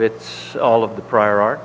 it's all of the prior art